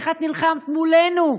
איך נלחמת מולנו,